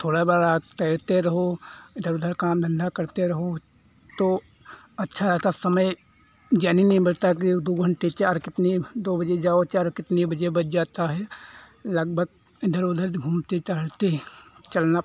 थोड़ा बड़ा तैरते रहो इधर उधर काम धन्धा करते रहो तो अच्छा रहता समय जाने नहीं लगता तो दो घन्टे चार कितने दो बजे जाओ चार कितने बजे बज जाता है लगभग इधर उधर जो घूमते टहलते हैं चलना